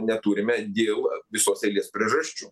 neturime dėl visos eilės priežasčių